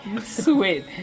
Sweet